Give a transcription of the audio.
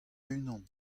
unan